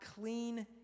clean